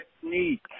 Technique